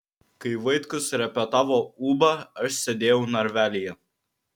kai vaitkus repetavo ūbą aš sėdėjau narvelyje